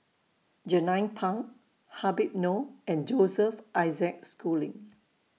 Jernnine Pang Habib Noh and Joseph Isaac Schooling